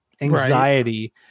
anxiety